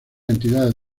entidades